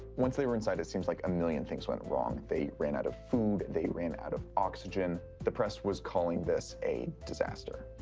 once they were inside, it seems like a million things went wrong. they ran out of food. they ran out of oxygen. the press was calling this a disaster.